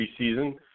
preseason